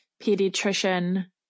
pediatrician